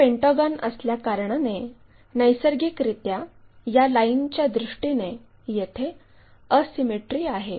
हा पेंटागॉन असल्याकारणाने नैसर्गिकरित्या या लाईनच्या दृष्टीने येथे असिमिट्री आहे